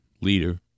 leader